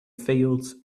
fields